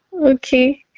okay